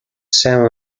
seven